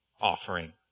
offering